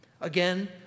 Again